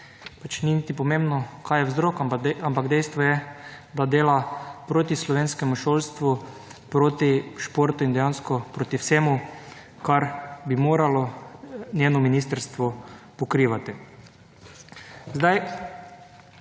pač ni niti pomembno kaj je vzrok, ampak dejstvo je dela proti slovenskemu šolstvu, proti športu in dejansko proti vsemu, kar bi moralo njeno ministrstvo pokrivati.